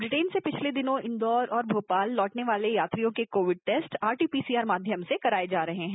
Britain से पिछले दिनों इंदौर और भोपाल लौटने वाले यात्रियों के कोविड टेस्ट तज चबत माध्यम से कराये जा रहे है